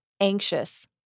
anxious